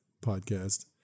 podcast